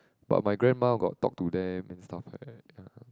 but my grandma got talk to them and stuff like that ya